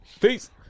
Peace